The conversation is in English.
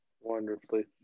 wonderfully